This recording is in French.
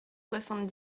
soixante